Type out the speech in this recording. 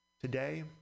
Today